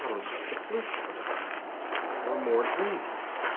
was just a fluke. but there were more dreams.